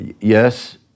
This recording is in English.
Yes